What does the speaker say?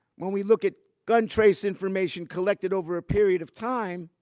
when we look at gun trace information collected over a period of time,